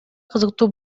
кызыктуу